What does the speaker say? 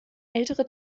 ältere